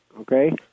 Okay